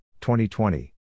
2020